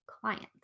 clients